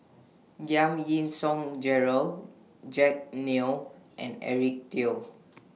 Giam Yean Song Gerald Jack Neo and Eric Teo